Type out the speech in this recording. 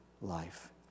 life